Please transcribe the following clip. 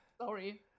sorry